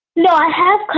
no, i have.